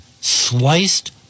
sliced